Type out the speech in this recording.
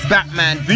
Batman